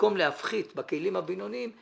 במקום להפחית בכלים הבינוניים.